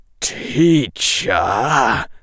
Teacher